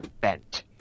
bent